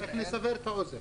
נכון.